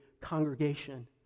congregation